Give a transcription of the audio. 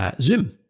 Zoom